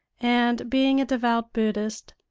and being a devout buddhist,